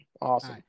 Awesome